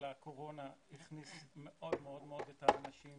הקורונה הכניס מאוד מאוד מאוד את האנשים